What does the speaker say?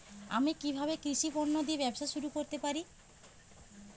আমি কিভাবে কৃষি পণ্য দিয়ে ব্যবসা শুরু করতে পারি?